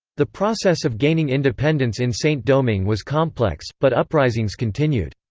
the process of gaining independence in saint-domingue was complex, but uprisings continued.